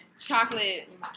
Chocolate